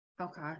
Okay